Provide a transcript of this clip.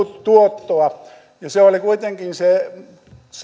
tuottoa mutta kuitenkin se